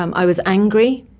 um i was angry,